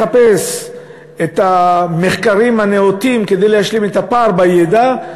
לחפש את המחקרים הנאותים כדי להשלים את הפער בידע,